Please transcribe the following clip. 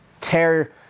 tear